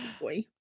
Boy